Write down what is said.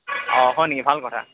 অঁ হয় নেকি ভাল কথা